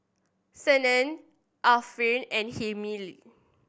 Senin Alfian and Hilmi